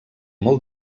molt